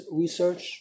research